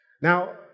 Now